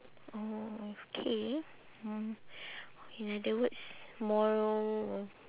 mm K mm in other words moral